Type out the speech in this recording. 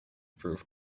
proof